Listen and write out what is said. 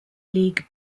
league